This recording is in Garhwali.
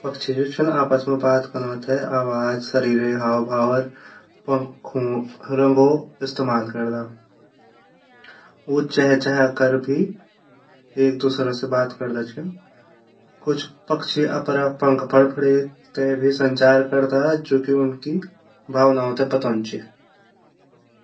पक्छी जु आपस मा बात कनो ते आवाज़ शर्रेरे हाव-भाव अर पंखु रंगो इस्तेमाल करदा उ चेहचा कर भी एक दूसरा से बात करदा छिन कुछ पक्छी अपरा पंख फड़फडे ते भी संचार करदा जु की उंगी भावनाओ ते बातोंदू ची।